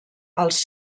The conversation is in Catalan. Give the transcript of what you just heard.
als